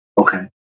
Okay